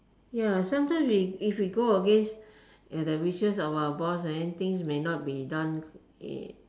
ya sometimes we if we go against the wishes of our boss and then things may not be done eh